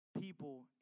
people